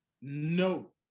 No